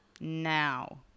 now